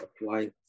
apply